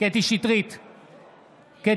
קטי קטרין שטרית,